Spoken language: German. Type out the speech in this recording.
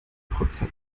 prozent